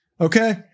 Okay